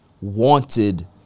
wanted